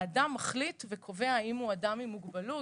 האדם מחליט וקובע אם הוא אדם עם מוגבלות